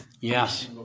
Yes